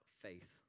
faith